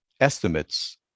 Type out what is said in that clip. estimates